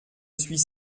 suis